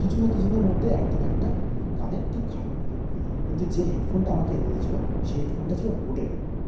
কিছু না কিছুদিনের মধ্যে একটা না একটা কানে ঠিক খারাপ হয়ে যায় কিন্তু যে হেডফোনটা আমাকে এনে দিয়েছিল সেই হেডফোনটা ছিল বোটের হেডফোন